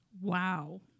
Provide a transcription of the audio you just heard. Wow